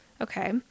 okay